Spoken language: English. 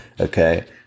okay